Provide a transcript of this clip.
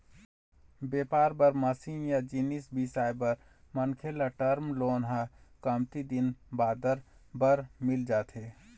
बेपार बर मसीन या जिनिस बिसाए बर मनखे ल टर्म लोन ह कमती दिन बादर बर मिल जाथे